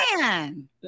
man